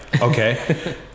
Okay